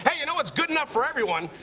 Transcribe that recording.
yeah you know what's good enough for everyone?